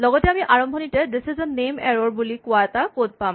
লগতে আমি আৰম্ভণিতে this is a name error বুলি কোৱা এটা কড পাম